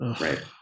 Right